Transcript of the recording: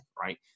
right